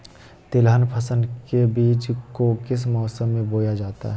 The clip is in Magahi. तिलहन फसल के बीज को किस मौसम में बोया जाता है?